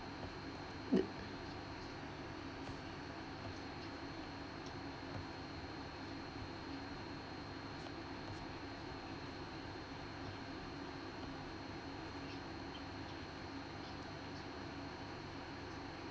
the